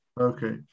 Okay